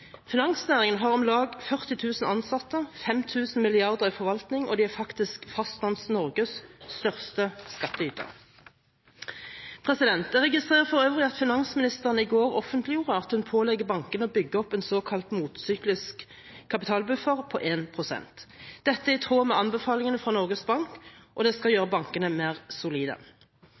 Finansnæringen har om lag 40 000 ansatte, 5 000 mrd. kr i forvaltning, og den er faktisk Fastlands-Norges største skatteyter. Jeg registrerer for øvrig at finansministeren i går offentliggjorde at hun pålegger bankene å bygge opp en såkalt motsyklisk kapitalbuffer på 1 pst. Dette er i tråd med anbefalingene fra Norges Bank, og det skal gjøre bankene mer solide.